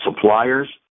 suppliers